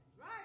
Right